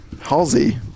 Halsey